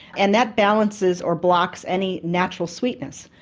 and that balances or blocks any natural sweetness.